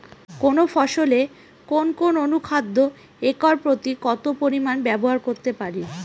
কোন ফসলে কোন কোন অনুখাদ্য একর প্রতি কত পরিমান ব্যবহার করতে পারি?